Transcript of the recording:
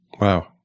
wow